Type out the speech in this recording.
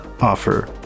offer